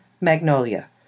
Magnolia